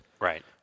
Right